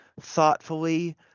thoughtfully